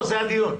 זה הדיון.